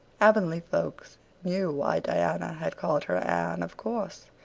avonlea folks knew why diana had called her anne, of course,